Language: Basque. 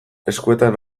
eskuetan